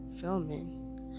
filming